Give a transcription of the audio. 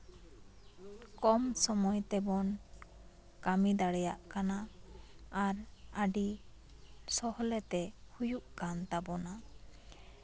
ᱠᱚᱢ ᱥᱚᱢᱚᱭ ᱛᱮᱵᱚᱱ ᱠᱟ ᱢᱤ ᱫᱟᱲᱮᱭᱟᱜ ᱠᱟᱱᱟ ᱟᱨ ᱟᱹᱰᱤ ᱥᱚᱦᱞᱮᱛᱮ ᱦᱩᱭᱩᱜ ᱠᱟᱱ ᱛᱟᱵᱳᱱᱟ